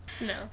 No